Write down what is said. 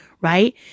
right